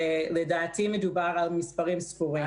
לדעתי מדובר על מספרים ספורים.